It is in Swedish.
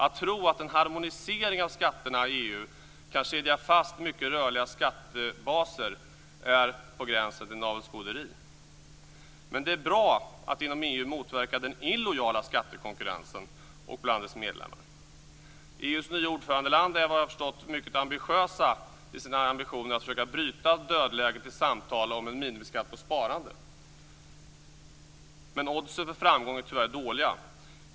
Att tro att en harmonisering av skatterna i EU kan kedja fast mycket rörliga skattebaser är på gränsen till navelskåderi. Men det är bra att man inom EU motverkar den illojala skattekonkurrensen bland dess medlemmar. EU:s nya ordförandeland är såvitt jag har förstått mycket ambitiöst i sina ansträngningar att försöka bryta dödläget i samtal om en minimiskatt på sparande. Men oddsen för framgång är tyvärr dåliga.